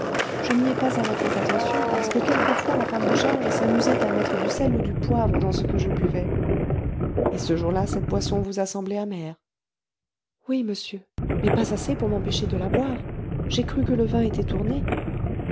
je n'y ai pas alors fait attention parce que quelquefois la femme de charge s'amusait à mettre du sel ou du poivre dans ce que je buvais et ce jour-là cette boisson vous a semblé amère oui monsieur mais pas assez pour m'empêcher de la boire j'ai cru que le vin était tourné